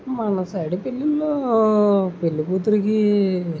మన సైడ్ పెళ్ళిలో పెళ్లికూతురికి